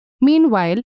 Meanwhile